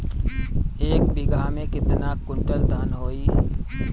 एक बीगहा में केतना कुंटल धान होई?